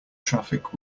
traffic